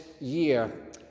year